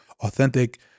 authentic